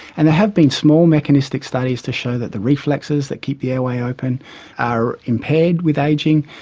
and there have been small mechanistic studies to show that the reflexes that keep the airway open are impaired with ageing,